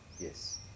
Yes